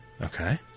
Okay